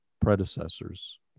predecessors